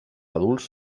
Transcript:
adults